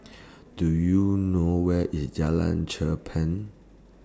Do YOU know Where IS Jalan Cherpen